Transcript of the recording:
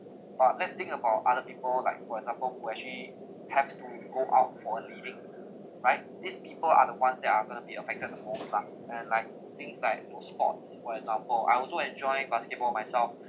but let's think about other people like for example who actually have to go out for a living right these people are the ones that are going to be affected the most lah and like things like your sports for example I also enjoy basketball myself